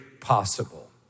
possible